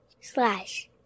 slash